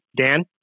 Dan